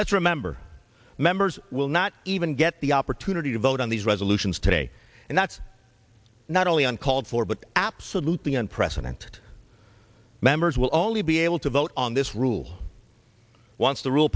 let's remember members will not even get the opportunity to vote on these resolutions today and that's not only uncalled for but absolutely and president members will only be able to vote on this rule once the rule